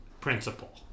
principle